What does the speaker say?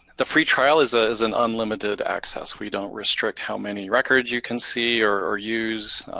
the free trial is ah is an unlimited access. we don't restrict how many records you can see or use,